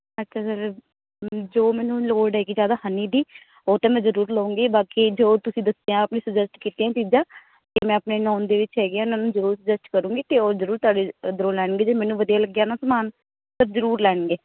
ਅੱਛਾ ਸਰ ਜੋ ਮੈਨੂੰ ਲੋੜ ਹੈਗੀ ਜ਼ਿਆਦਾ ਹਨੀ ਦੀ ਉਹ ਤੇ ਮੈਂ ਜ਼ਰੂਰ ਲਉਂਗੀ ਬਾਕੀ ਜੋ ਤੁਸੀਂ ਦੱਸਿਆ ਆਪਣੀ ਸੁਜੈਸਟ ਕੀਤੀਆਂ ਚੀਜ਼ਾਂ ਅਤੇ ਮੈਂ ਆਪਣੇ ਨਾਨ ਦੇ ਵਿੱਚ ਹੈਗੀਆਂ ਉਹਨਾਂ ਨੂੰ ਜ਼ਰੂਰ ਸੁਜੈਸਟ ਕਰੂੰਗੀ ਅਤੇ ਉਹ ਜ਼ਰੂਰ ਤੁਹਾਡੇ ਅ ਦੋ ਲੈਣਗੇ ਜੇ ਮੈਨੂੰ ਵਧੀਆ ਲੱਗਿਆ ਨਾ ਸਮਾਨ ਤਾਂ ਜ਼ਰੂਰ ਲੈਣਗੇ